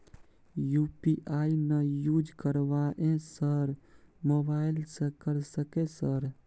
UPI ना use करवाएं sir mobile से कर सके सर?